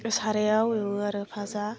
सारायाव एवो आरो फाजा